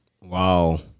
Wow